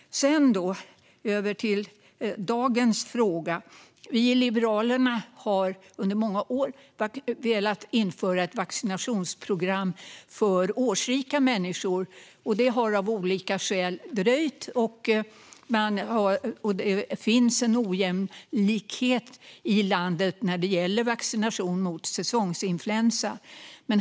Jag går över till dagens fråga. Vi i Liberalerna har under många år velat införa ett vaccinationsprogram för årsrika människor, och det har av olika skäl dröjt. Det finns en ojämlikhet i landet när det gäller vaccination mot säsongsinfluensa.